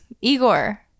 igor